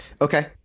okay